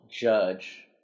judge